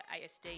ASD